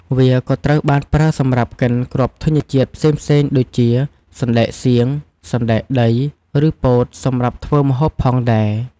វាក៏ត្រូវបានប្រើសម្រាប់កិនគ្រាប់ធញ្ញជាតិផ្សេងៗដូចជាសណ្ដែកសៀង សណ្ដែកដី ឬពោតសម្រាប់ធ្វើម្ហូបផងដែរ។